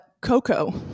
Coco